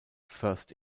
first